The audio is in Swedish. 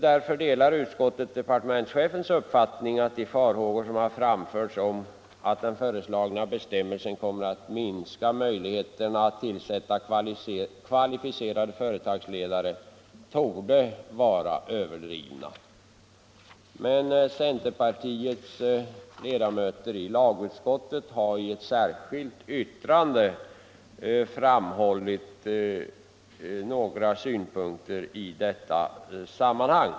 Därför delar utskottet departementschefens uppfattning att de farhågor som framförts om att den föreslagna bestämmelsen kommer att minska möjligheten att tillsätta kvalificerade företagsledare torde vara överdrivna. Centerpartiets ledamöter i lagutskottet har dock framfört några synpunkter i ett särskilt yttrande.